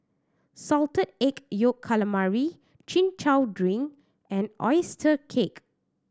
Salted Egg Yolk Calamari Chin Chow drink and oyster cake